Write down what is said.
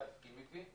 אולי יסכים איתי,